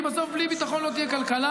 כי בסוף בלי ביטחון לא תהיה כלכלה.